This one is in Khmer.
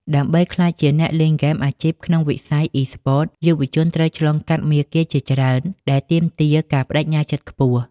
ដើម្បីក្លាយជាអ្នកលេងហ្គេមអាជីពក្នុងវិស័យអុីស្ពត យុវជនត្រូវឆ្លងកាត់មាគ៌ាជាច្រើនដែលទាមទារការប្តេជ្ញាចិត្តខ្ពស់។